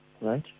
Right